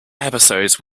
episodes